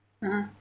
(uh huh)